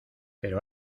pero